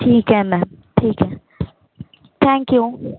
ठीक आहे मॅम ठीक आहे थँक्यू